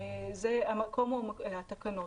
המקום הוא התקנות.